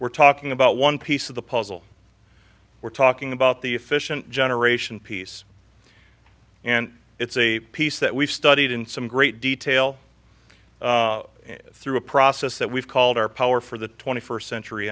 we're talking about one piece of the puzzle we're talking about the efficient generation piece and it's a piece that we've studied in some great detail through a process that we've called our power for the twenty first century